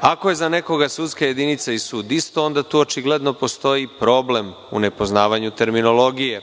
Ako je za nekoga sudska jedinica i sud isto, onda tu očigledno postoji problem u nepoznavanju terminologije,